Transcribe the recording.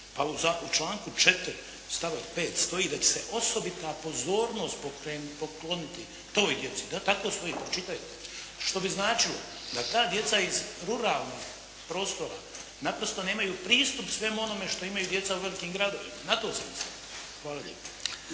U članku 4. stavak 5. stoji da će se osobita pozornost pokloniti toj djeci, tako stoji, pročitajte. Što bi znači da ta djeca iz ruralnih prostora naprosto nemaju pristup onome što imaju djeca u velikim gradovima, na to sam mislio. Hvala lijepa.